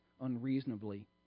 unreasonably